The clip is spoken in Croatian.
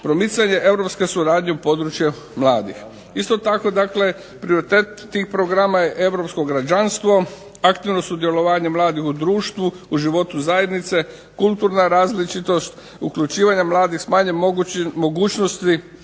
promicanje europske suradnje u području mladih. Isto tako dakle, prioritet tih programa je europsko građanstvo, aktivno sudjelovanje mladih u društvu, u životu zajednice, kulturna različitost, uključivanje mladih s manje mogućnosti